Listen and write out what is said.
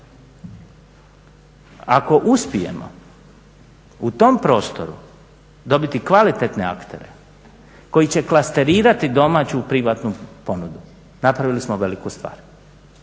Ako uspijemo u tom prostoru dobiti kvalitetne aktere koji će klasterirati domaću privatnu ponudu, napravili smo veliku stvar